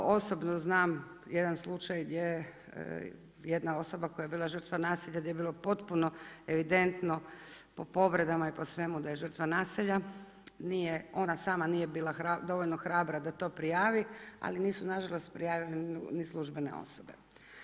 Osobno znam, jedan slučaj gdje jedna osoba koja je bila žrtva nasilja gdje je bilo potpuno evidentno, po povredama i po svemu da je žrtva nasilja, ona sama nije bila dovoljno hrabra da to prijavi, ali nisu nažalost prijavile ni službene osobe.